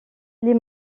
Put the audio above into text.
les